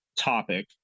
topic